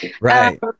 right